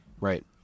Right